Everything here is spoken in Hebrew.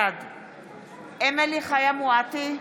בעד אמילי חיה מואטי,